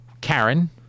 karen